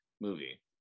movie